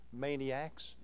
maniacs